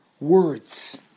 words